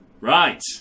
right